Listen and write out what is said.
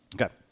Okay